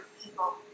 people